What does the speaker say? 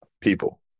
people